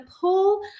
pull